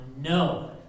no